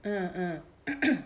uh uh